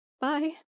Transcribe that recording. Bye